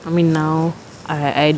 I mean now I I